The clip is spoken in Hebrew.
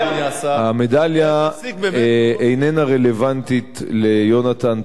המדליה איננה רלוונטית ליהונתן פולארד,